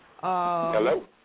Hello